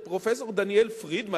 את פרופסור דניאל פרידמן,